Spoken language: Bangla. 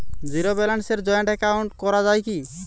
জীরো ব্যালেন্সে জয়েন্ট একাউন্ট করা য়ায় কি?